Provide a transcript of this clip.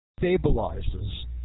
stabilizes